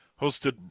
Hosted